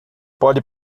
pode